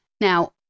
Now